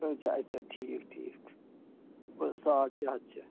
اَچھا اَچھا ٹھیٖک ٹھیٖک گوٚو ساڑ شےٚ ہَتھ چھِ